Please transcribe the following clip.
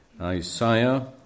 Isaiah